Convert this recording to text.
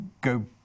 go